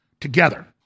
together